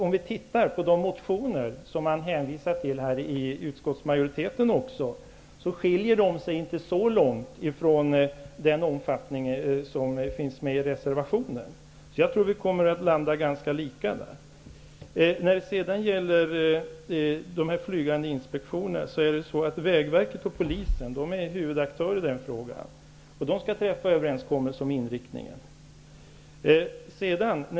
Om vi ser på de motioner som utskottsmajoriteten hänvisar till, skiljer de sig inte så mycket åt från reservationen. Jag tror att vi kommer att landa ganska lika i det avseendet. Vägverket och Polisen är huvudaktörer när det gäller flygande inspektioner. Det är Vägverket och Polisen som skall träffa överenskommelser om inriktningen.